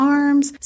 arms